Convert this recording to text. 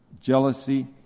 jealousy